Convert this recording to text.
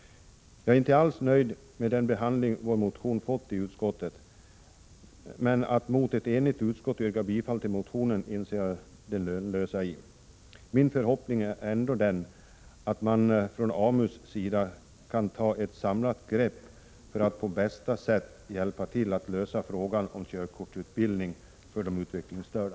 Jag är inte alls nöjd med den behandling vår motion fått i utskottet, men att mot ett enigt utskott yrka bifall till motionen inser jag är lönlöst. Min förhoppning är ändock den att man från AMU:s sida kan ta ett samlat grepp för att på bästa sätt hjälpa till att lösa frågan om körkortsutbildning för utvecklingsstörda.